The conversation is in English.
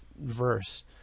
verse